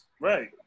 Right